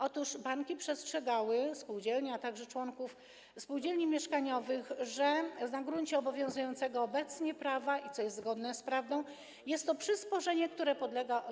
Otóż banki przestrzegały spółdzielnie, a także członków spółdzielni mieszkaniowych, że na gruncie obowiązującego obecnie prawa, co jest zgodne z prawdą, jest to przysporzenie, które podlega opodatkowaniu.